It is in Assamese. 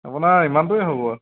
আপোনাৰ ইমানটোৱেই হ'ব আৰু